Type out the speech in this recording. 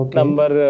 number